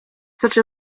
such